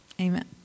Amen